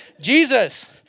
Jesus